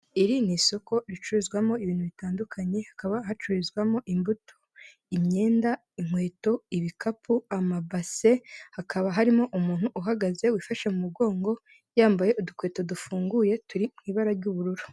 Iri ni isoko ricururizwamo ibintu bitandukanye, hakaba hacururizwamo imbuto, imyenda, inkweto, ibikapu, amabase, hakaba harimo umuntu uhagaze wifashe mu mugongo yambaye udukweto dufunguye turi mu ibara ry'ubururu.